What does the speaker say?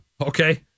Okay